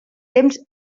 temps